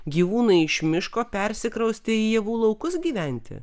gyvūnai iš miško persikraustė į javų laukus gyventi